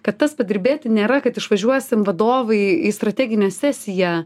kad tas padirbėti nėra kad išvažiuosim vadovai į strateginę sesiją